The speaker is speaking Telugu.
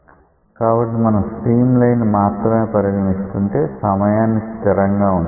కాబట్టి మనం స్ట్రీమ్ లైన్ ని మాత్రమే పరిగణిస్తుంటే సమయాన్ని స్థిరంగా ఉంచుతున్నాం